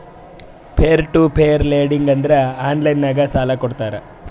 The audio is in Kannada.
ಪೀರ್ ಟು ಪೀರ್ ಲೆಂಡಿಂಗ್ ಅಂದುರ್ ಆನ್ಲೈನ್ ನಾಗ್ ಸಾಲಾ ಕೊಡ್ತಾರ